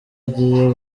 agiye